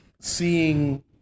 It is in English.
seeing